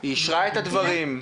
היא אישרה את הדברים?